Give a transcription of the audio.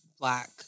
Black